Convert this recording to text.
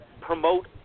promote